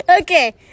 Okay